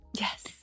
Yes